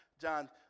John